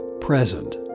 present